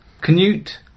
Canute